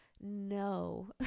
no